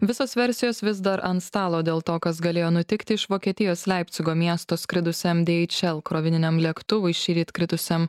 visos versijos vis dar ant stalo dėl to kas galėjo nutikti iš vokietijos leipcigo miesto skridusiam di eič el krovininiam lėktuvui šįryt kritusiam